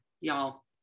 y'all